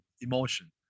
emotion